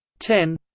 ten